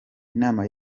inama